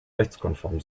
rechtskonform